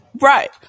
Right